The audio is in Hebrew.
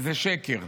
זה שקר.